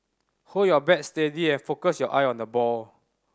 hold your bat steady and focus your eye on the ball